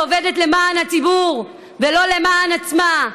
שעובדת למען הציבור ולא למען עצמה.